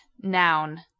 Noun